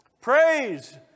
Praise